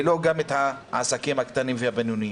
וגם לא את העסקים הקטנים והבינוניים.